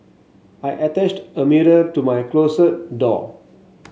I attached a mirror to my closet door